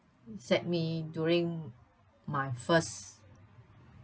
sack me during my first